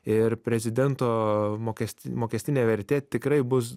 ir prezidento mokesti mokestinė vertė tikrai bus